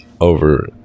over